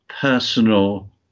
personal